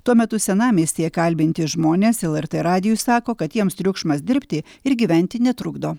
tuo metu senamiestyje kalbinti žmonės lrt radijui sako kad jiems triukšmas dirbti ir gyventi netrukdo